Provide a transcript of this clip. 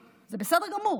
זה בסדר גמור,